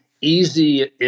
easy